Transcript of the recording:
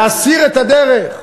להסיר את הדרך.